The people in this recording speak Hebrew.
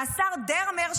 5. והשר דרמר,